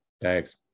Thanks